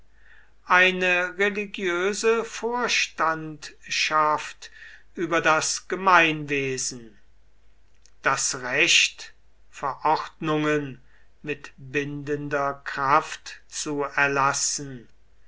eine religiöse vorstandschaft über das gemeinwesen das recht verordnungen mit bindender kraft zu erlassen